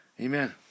Amen